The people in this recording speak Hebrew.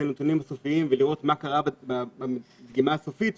הנתונים הסופיים ומה קרה בדגימה הסופית,